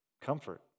comfort